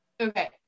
Okay